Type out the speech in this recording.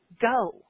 go